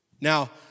Now